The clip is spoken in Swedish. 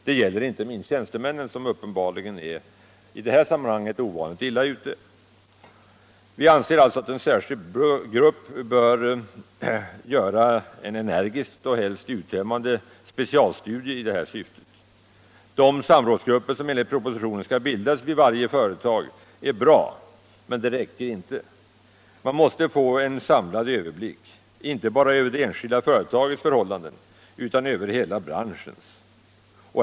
Detta gäller inte minst tjänstemännen, som i det här sammanhanget uppenbarligen är ovanligt illa ute. Vi anser att en särskild arbetsgrupp bör göra en energisk och uttömmande specialstudie i det syftet. Förslaget om samrådsgrupper, som enligt propositionen skall bildas vid varje företag, är visserligen bra, men det räcker inte med samrådsgrupper, utan det behövs också en samlad överblick inte bara över det enskilda företagets förhållanden utan över hela branschen.